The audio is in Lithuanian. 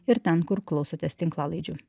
ir ten kur klausotės tinklalaidžių